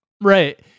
right